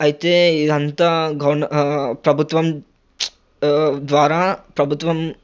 అయితే ఇదంతా గవ ప్రభుత్వం ద్వారా ప్రభుత్వం